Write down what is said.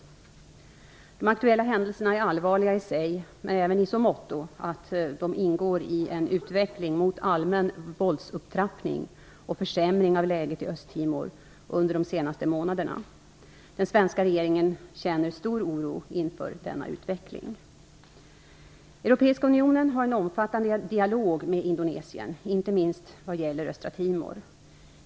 De aktuella händelserna är allvarliga i sig, men även i så måtto att de ingår i en utveckling mot allmän våldsupptrappning och försämring av läget i Östtimor under de senaste månaderna. Den svenska regeringen känner stor oro inför denna utveckling. Europeiska unionen har en omfattande dialog med Indonesien, inte minst vad gäller Östra Timor.